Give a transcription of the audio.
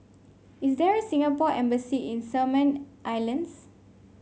is there a Singapore Embassy in Solomon Islands